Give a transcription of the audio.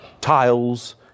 tiles